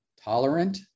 tolerant